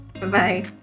Bye-bye